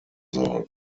soll